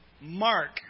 Mark